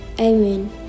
Amen